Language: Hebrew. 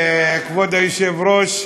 כבוד היושבת-ראש,